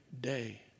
day